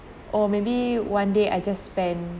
or maybe one day I just spend